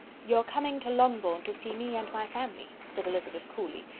your coming to longbourn, to see me and my family, said elizabeth coolly,